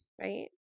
Right